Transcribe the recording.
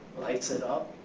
lights it up.